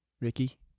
Ricky